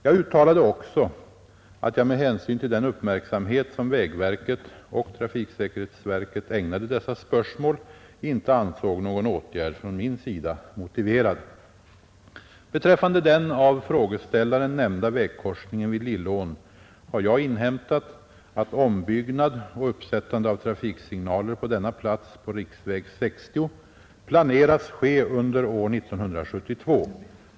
Jag uttalade också att jag med hänsyn till den uppmärksamhet som vägverket och trafiksäkerhetsverket ägnade dessa spörsmål inte ansåg någon åtgärd från min sida motiverad. Beträffande den av frågeställaren nämnda vägkorsningen vid Lillån har jag inhämtat att ombyggnad och uppsättande av trafiksignaler på denna plats på riksväg 60 planeras ske under år 1972.